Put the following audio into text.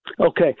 okay